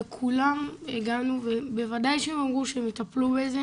לכולם הגענו ובוודאי שהם אמרו שהם יטפלו בזה